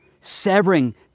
severing